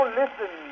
listen